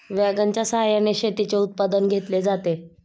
वॅगनच्या सहाय्याने शेतीचे उत्पादन घेतले जाते